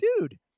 dude